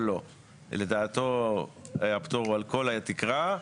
לדעתו הפטור הוא על כל התקרה,